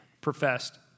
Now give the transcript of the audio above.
professed